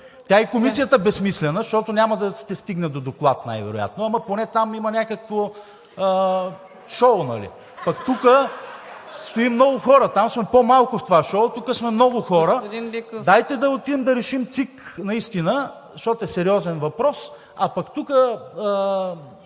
Тя и Комисията е безсмислена, защото няма да се стигне до доклад най-вероятно, но поне там има някакво шоу, нали (смях), пък тук стоим много хора. Там сме по-малко в това шоу. Тук сме много хора. Дайте да отидем да решим ЦИК, защото е сериозен въпрос, а пък тук